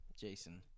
Jason